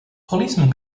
policemen